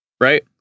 right